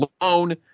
alone